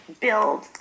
build